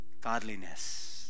godliness